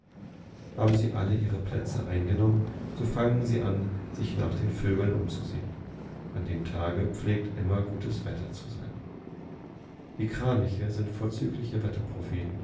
haben sie alle ihre plätze eingenommen so fangen sie an sich nach den vögeln umzusehen an dem tage pflegt immer gutes wetter zu sein die kraniche sind vorzügliche